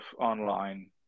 online